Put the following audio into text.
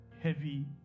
heavy